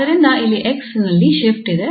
ಆದ್ದರಿಂದ ಇಲ್ಲಿ 𝑥 ನಲ್ಲಿ ಶಿಫ್ಟ್ ಇದೆ